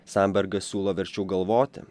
sambergas siūlo verčiau galvoti